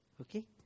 Okay